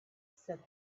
said